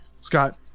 Scott